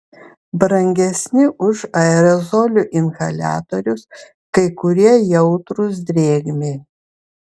brangesni už aerozolių inhaliatorius kai kurie jautrūs drėgmei